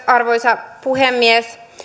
arvoisa puhemies